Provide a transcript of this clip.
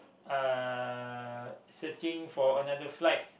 uh searching for another flight